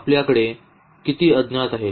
आपल्याकडे किती अज्ञात आहेत